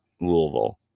Louisville